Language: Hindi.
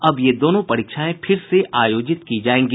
अब ये दोनों परीक्षाएं फिर से आयोजित की जायेंगी